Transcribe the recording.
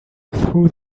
through